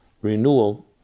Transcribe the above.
renewal